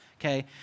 okay